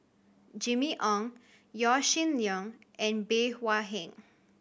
Jimmy Ong Yaw Shin Leong and Bey Hua Heng